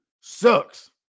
sucks